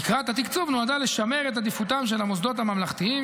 תקרת התקצוב נועדה לשמר את עדיפותם של המוסדות הממלכתיים